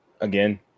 Again